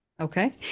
Okay